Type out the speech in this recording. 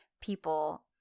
people